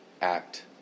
act